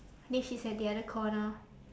I think she's at the other corner